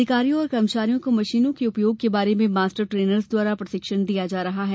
अधिकारियों और कर्मचारियों को मशीनों के उपयोग के बारे में मास्टर ट्रेनरों द्वारा प्रशिक्षण दिया जा रहा है